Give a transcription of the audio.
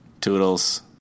Toodles